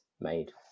made